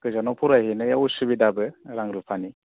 गोजानाव फरायहैनायाव उसुबिदाबो रां रुफानि